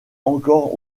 encore